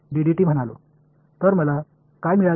எனவே நான் என்று சொன்னாள் நான் என்ன பெற வேண்டும்